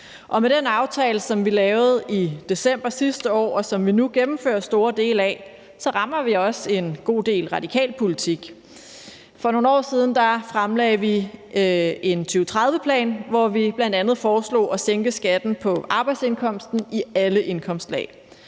med den aftale, som vi lavede i december sidste år, og som vi nu gennemfører store dele af, rammer vi også en god del radikal politik. For nogle år siden fremlagde vi en 2030-plan, hvor vi bl.a. foreslog at sænke skatten på arbejdsindkomsten i alle indkomstlag.